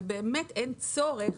ובאמת אין צורך,